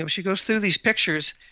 um she goes through these pictures.